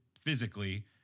physically